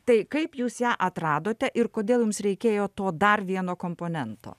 tai kaip jūs ją atradote ir kodėl jums reikėjo to dar vieno komponento